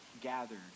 gathered